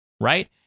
right